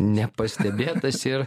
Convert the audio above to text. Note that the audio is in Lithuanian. nepastebėtas ir